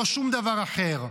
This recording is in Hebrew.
לא שום דבר אחר.